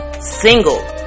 single